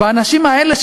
והאנשים האלה,